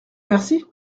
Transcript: merci